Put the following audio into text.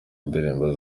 indirimbo